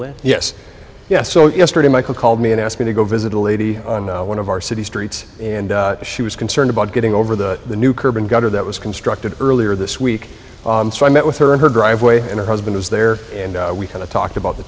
with yes yes so yesterday michael called me and asked me to go visit a lady on one of our city's streets and she was concerned about getting over the the new curb and gutter that was constructed earlier this week i met with her in her driveway and her husband was there and we kind of talked about the